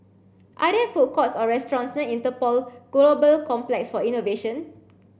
are there food courts or restaurants near Interpol Global Complex for Innovation